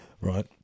Right